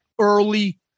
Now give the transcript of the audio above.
early